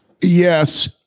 Yes